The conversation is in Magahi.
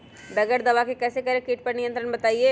बगैर दवा के कैसे करें कीट पर नियंत्रण बताइए?